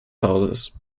hauses